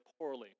poorly